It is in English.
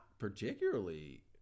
particularly